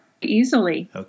easily